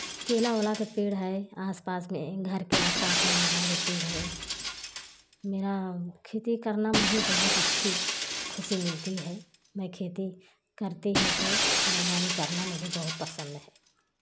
केला वेला के पेड़ है आसपास के घर के आसपास में लगा लेती हूँ मेरा खेती करना मुझे बहुत अच्छी खुशी मिलती है मैं खेती करती हूँ तो बागवानी करना मुझे बहुत पसंद है